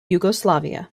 yugoslavia